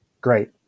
Great